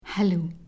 Hello